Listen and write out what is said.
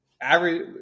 average